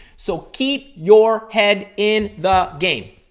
so, keep your head in the game.